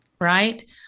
right